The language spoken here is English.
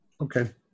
Okay